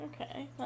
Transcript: Okay